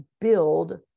build